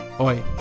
Oi